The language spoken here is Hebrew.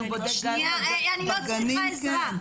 הוא בודק גז --- אני לא צריכה עזרה.